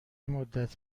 مدت